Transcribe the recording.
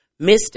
Mr